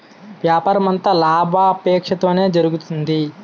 వ్యాపారమంతా లాభాపేక్షతోనే జరుగుతుంది